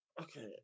Okay